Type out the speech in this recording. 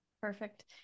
Perfect